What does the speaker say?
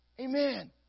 Amen